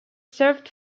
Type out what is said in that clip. served